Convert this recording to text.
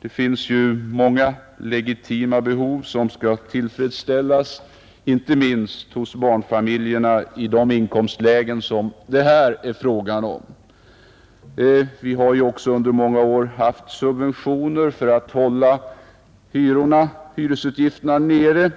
Det finns många legitima behov som skall tillfredsställas inte minst hos barnfamiljerna i de inkomstlägen det här är frågan om. Vi har under många år haft subventioner för att hålla hyresutgifterna nere.